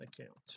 account